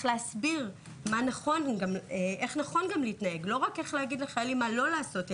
להסביר איך נכון להתנהג לא להגיד לחיילים רק מה לא לעשות,